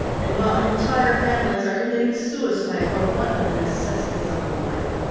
and while entire families are committing suicide for want of the necessities of life.